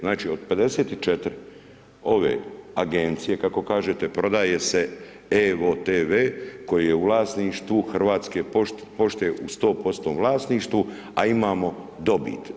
Znači, od 54 ove Agencije, kako kažete, prodaje se evo-tv koji je u vlasništvu Hrvatske pošte u 100% vlasništvu, a imamo dobit.